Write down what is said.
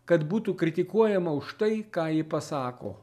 kad būtų kritikuojama už tai ką ji pasako